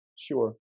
sure